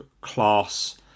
class